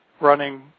running